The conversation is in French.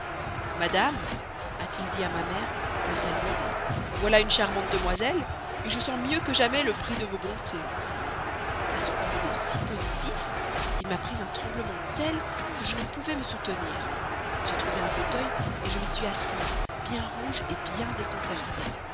madame a-t-il dit à ma mère en me saluant voilà une charmante demoiselle je sens mieux que jamais le prix de vos bontés à ce propos si positif il m'a pris un tremblement tel que je ne pouvais me soutenir j'ai trouvé un fauteuil je m'y suis assise bien rouge bien déconcertée